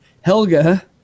Helga